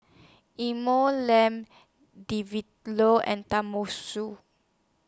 Lane D V Loo and